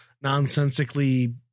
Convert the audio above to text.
nonsensically